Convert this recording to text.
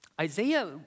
Isaiah